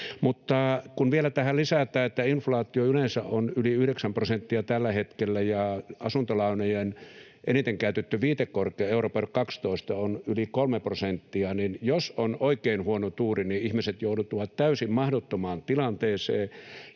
kun vielä tähän lisätään, että inflaatio yleensä on yli yhdeksän prosenttia tällä hetkellä ja asuntolainojen eniten käytetty viitekorko, euribor 12 kuukautta, on yli kolme prosenttia, niin jos on oikein huono tuuri, ihmiset joutuvat täysin mahdottomaan tilanteeseen.